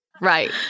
Right